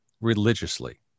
religiously